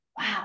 Wow